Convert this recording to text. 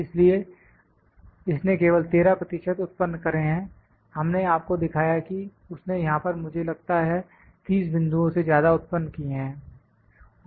इसलिए इसने केवल 13 प्रतिशत उत्पन्न करें हैं हमने आपको दिखाया कि उसने यहां पर मुझे लगता है 30 बिंदुओं से ज्यादा उत्पन्न किए हैं